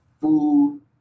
food